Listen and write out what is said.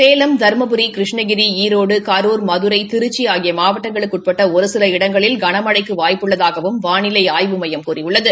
சேலம் தருமபுரி கிருஷ்ணகிரி ஈரோடு கரூர் மதுரை திருச்சி ஆகிய மாவட்டங்களுக்கு உட்பட்ட ஒருசில இடங்களில் கனமழைக்கு வாய்ப்பு உள்ளதாகவும் வானிலை ஆய்வு மையம் கூறியுள்ளது